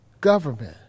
government